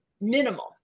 minimal